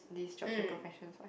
these jobs and professions what